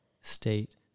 state